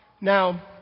Now